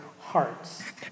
hearts